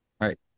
Right